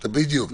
בדיוק.